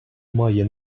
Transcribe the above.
має